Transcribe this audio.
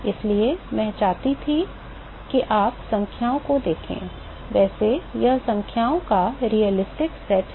इसलिए मैं चाहता था कि आप संख्याओं को देखें वैसे यह संख्याओं का यथार्थवादी समुच्चय है